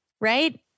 Right